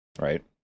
right